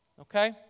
Okay